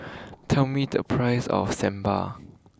tell me the price of Sambar